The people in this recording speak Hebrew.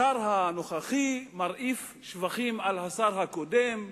השר הנוכחי מרעיף שבחים על השר הקודם.